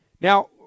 Now